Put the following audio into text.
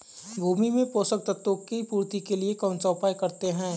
भूमि में पोषक तत्वों की पूर्ति के लिए कौनसा उपाय करते हैं?